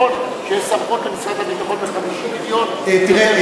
נכון שיש סמכות למשרד הביטחון ב-50 מיליון יותר,